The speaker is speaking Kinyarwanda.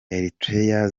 eritrea